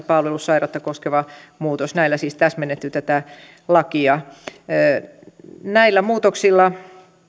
palvelussairautta koskeva muutos näillä on siis täsmennetty tätä lakia näillä muutoksilla